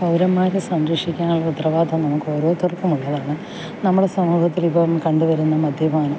പൗരന്മാരെ സംരക്ഷിക്കാനുള്ള ഉത്തരവാദിത്തം നമുക്ക് ഓരോരുത്തർക്കും ഉള്ളതാണ് നമ്മുടെ സമൂഹത്തിൽ ഇപ്പം കണ്ടുവരുന്ന മദ്യപാനം